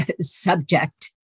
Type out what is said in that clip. subject